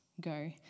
Go